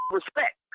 respect